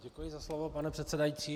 Děkuji za slovo, pane předsedající.